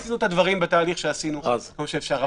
עשינו את הדברים בתהליך שעשינו כמה שאפשר,